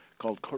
called